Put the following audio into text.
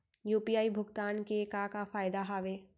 UPI भुगतान के का का फायदा हावे?